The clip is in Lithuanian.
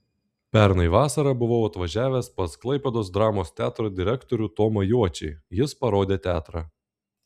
pernai vasarą buvau atvažiavęs pas klaipėdos dramos teatro direktorių tomą juočį jis parodė teatrą